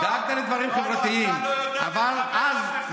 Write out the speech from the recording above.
אתה לא יודע איך מתנהגים.